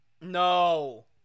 No